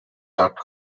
dot